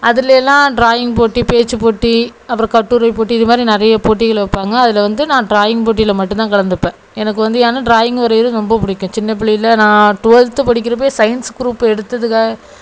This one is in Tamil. அதிலேலாம் ட்ராயிங் போட்டி பேச்சு போட்டி அப்புறம் கட்டுரை போட்டி இதுமாதிரி நிறைய போட்டிகள் வைப்பாங்க அதில் வந்து நான் ட்ராயிங் போட்டியில மட்டுந்தான் கலந்துப்பேன் எனக்கு வந்து ஏன்னா ட்ராயிங் வரைகிறது ரொம்ப பிடிக்கும் சின்ன பிள்ளையில நான் டுவெல்த்து படிக்கிறப்பவே சயின்ஸ் க்ரூப் எடுத்ததுக்கு